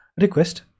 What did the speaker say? request